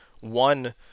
one